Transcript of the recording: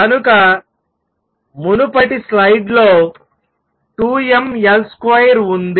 కనుక మునుపటి స్లైడ్ లో 2mL2ఉంది